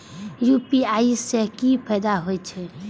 UPI से की फायदा हो छे?